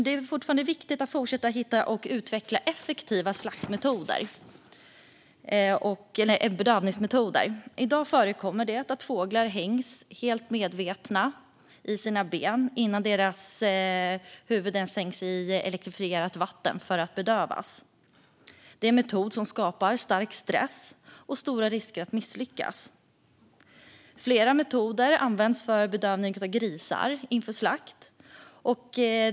Det är viktigt att fortsätta hitta och utveckla effektiva bedövningsmetoder. I dag förekommer det att fåglar vid fullt medvetande hängs i sina ben innan deras huvuden sänks ned i elektrifierat vatten för att de ska bedövas. Det är en metod som skapar stark stress, och risken för att man misslyckas är stor. Flera metoder används för bedövning av grisar inför slakt.